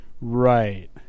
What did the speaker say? Right